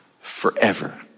Forever